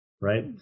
right